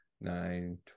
nine